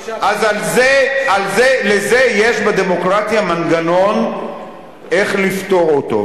אז לזה יש בדמוקרטיה מנגנון, איך לפתור זאת.